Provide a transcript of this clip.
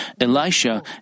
Elisha